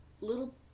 little